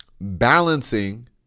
balancing